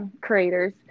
Creators